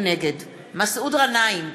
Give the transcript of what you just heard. נגד מסעוד גנאים,